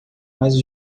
mas